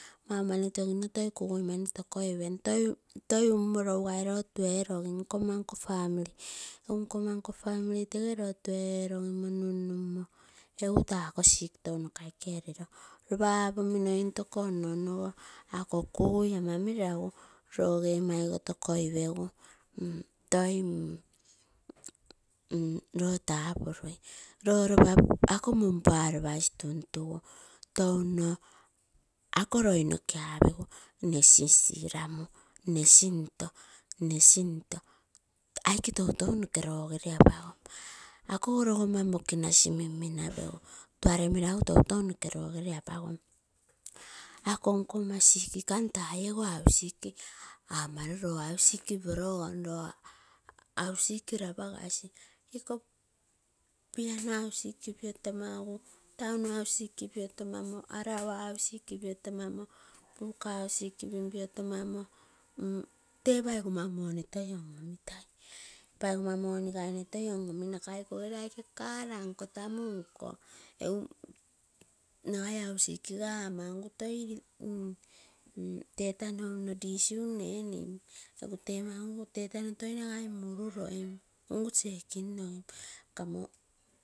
Maumani togino toi kugai mani toikoi pem toi umo lougai lotu erogim nkoma nkoo family, nkoma nko family tepe loruu erogimo mm num numo egu takoo sick egu tou nokaike ropa apomino intoko ono onogo ako kugui ama meragu roge maigo tokoipegu, toi loo tapului loo ropa ako mun paropasi tuntungu touno ako loi nokee apegu nnee sisiramu nee sinto aike toutou noke regere apagom, akogo regoma mokinasi mim minapem tuare meraguu tou noke rogere apagom, ako nkoma sick amo taa ego hausik apaloo loo hausik parogom, hausik rapagasi iko piano hausik piotomagu taun hausik pioo tamamo arawa hausik, piotomamo buka hausik piotomamo, tee paigoma money toi om omitoi, paigoma money gai nee toi ominakai iko gere aike car nkoo, tamuu nkoo, nagai hausik kigia amangui toi tetano uno resume enim egu temangu tee tano toi nagai muruloim checking nam.